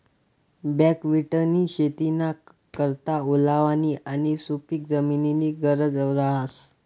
बकव्हिटनी शेतीना करता ओलावानी आणि सुपिक जमीननी गरज रहास